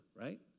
right